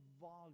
volume